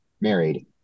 married